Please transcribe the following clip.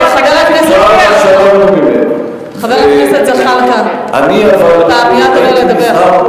לא לא לא, חבר הכנסת זחאלקה, אתה מייד תעלה לדבר.